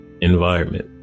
environment